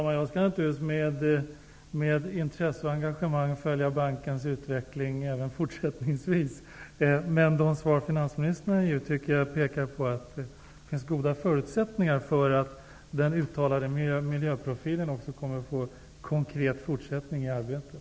Herr talman! Jag skall med intresse och engagemang följa bankens utveckling även fortsättningsvis. De svar som finansministern har gett visar att det finns goda förutsättningar för att den uttalade miljöprofilen också kommer att få en konkret fortsättning i arbetet.